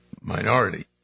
minority